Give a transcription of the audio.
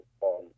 on